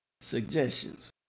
suggestions